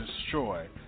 destroy